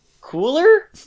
cooler